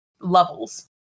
levels